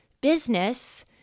business